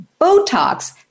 Botox